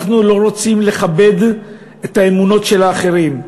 אנחנו לא רוצים לכבד את האמונות של האחרים,